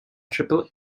triple